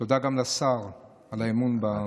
תודה גם לשר על האמון בנושא הזה.